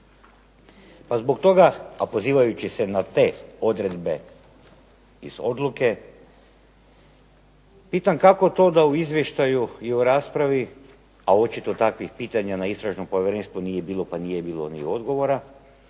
Pa zbog toga, a pozivajući se na te odredbe iz odluke pitam kako to da u izvještaju i u raspravi, a očito takvih pitanja na Istražnom povjerenstvu nije bilo pa nije bilo ni odgovora,